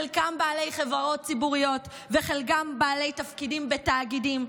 חלקם בעלי חברות ציבוריות וחלקם בעלי תפקידים בתאגידים,